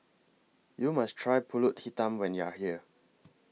YOU must Try Pulut Hitam when YOU Are here